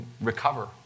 recover